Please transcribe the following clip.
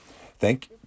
Thank